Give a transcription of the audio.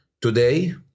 today